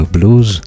Blues